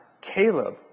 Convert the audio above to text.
Caleb